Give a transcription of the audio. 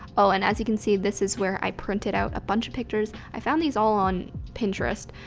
oh, and as you can see, this is where i printed out a bunch of pictures, i found these all on pinterest,